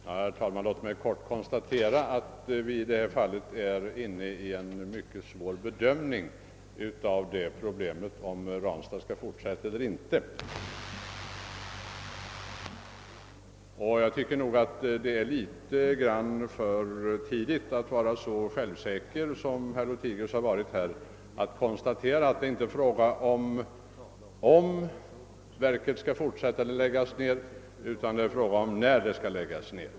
Herr talman! Låt mig helt kort konstatera att vi i detta fall är inne på en mycket svår bedömning av frågan om huruvida Ranstadsverket skall fortsätta eller inte. Jag tycker nog att det är litet för tidigt att vara så självsäker som herr Lothigius är när han konstaterar att det inte är fråga om huruvida verket skall fortsätta eller läggas ned utan att det enbart gäller när det skall läggas ner.